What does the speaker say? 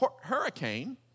Hurricane